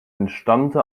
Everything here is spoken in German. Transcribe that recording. entstammte